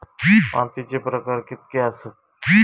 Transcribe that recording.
मातीचे प्रकार कितके आसत?